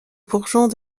bourgeons